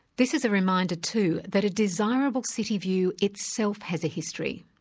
this is a reminder, too, that a desirable city view itself has a history